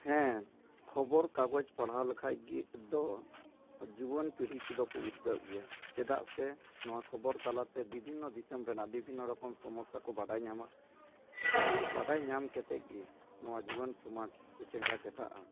ᱦᱮᱸ ᱠᱷᱚᱵᱚᱨ ᱠᱟᱜᱚᱡᱽ ᱯᱟᱲᱦᱟᱣ ᱞᱮᱠᱷᱟᱡᱜᱮ ᱫᱚ ᱡᱩᱣᱟᱹᱱ ᱯᱤᱲᱦᱤ ᱠᱚᱫᱚ ᱠᱚ ᱩᱫᱜᱟᱹᱜ ᱜᱮᱭᱟ ᱪᱮᱫᱟᱜ ᱥᱮ ᱱᱚᱣᱟ ᱠᱷᱚᱵᱚᱨ ᱛᱟᱞᱟᱛᱮ ᱵᱤᱵᱷᱤᱱᱱᱚ ᱫᱤᱥᱟᱹᱢ ᱨᱮᱱᱟᱜ ᱵᱤᱵᱷᱤᱱᱱᱚ ᱨᱚᱠᱚᱢ ᱥᱚᱢᱚᱥᱥᱟ ᱠᱚ ᱵᱟᱰᱟᱭ ᱧᱟᱢᱟ ᱟᱨ ᱵᱟᱰᱟᱭ ᱧᱟᱢ ᱠᱮᱛᱮᱫ ᱜᱮ ᱱᱚᱣᱟ ᱡᱩᱣᱟᱹᱱ ᱥᱚᱢᱟᱡᱽ ᱠᱚ ᱪᱮᱸᱜᱷᱟ ᱪᱮᱴᱷᱟᱜᱼᱟ